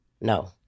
no